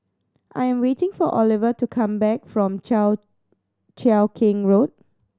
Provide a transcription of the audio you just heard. I'm waiting for Ovila to come back from Cheow Cheow Keng Road